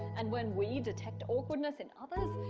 and when we detect awkwardness in others,